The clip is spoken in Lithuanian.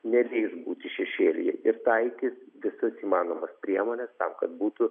neleis būti šešėlyje ir taikys visas įmanomas priemones tam kad būtų